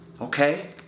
okay